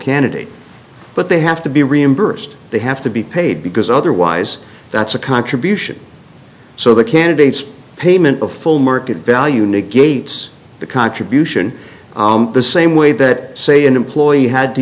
candidate but they have to be reimbursed they have to be paid because otherwise that's a contribution so the candidates payment of full market value negates the contribution the same way that say an employee had to